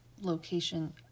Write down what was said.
location